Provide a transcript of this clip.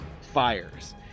fires